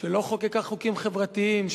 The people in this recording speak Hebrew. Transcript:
שלא חוקקה חוקים חברתיים,